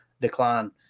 decline